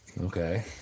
Okay